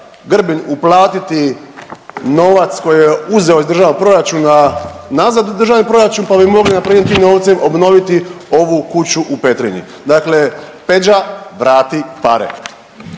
Grbin uplatiti novac koji je uzeo iz Državnog proračuna nazad u Državni proračun pa bi mogli npr. tim novcem obnoviti ovu kuću u Petrinji. Dakle Peđa vrati pare.